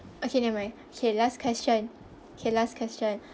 okay never mind okay last question okay last question